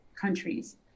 countries